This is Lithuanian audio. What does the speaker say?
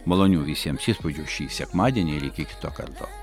malonių visiems įspūdžių šį sekmadienį ir iki kito karto